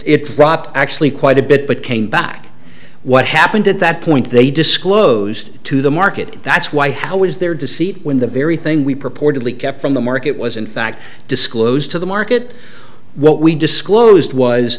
dropped actually quite a bit but came back what happened at that point they disclosed to the market that's why how is their deceit when the very thing we purportedly kept from the market was in fact disclosed to the market what we disclosed was